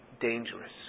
dangerous